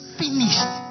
finished